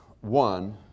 one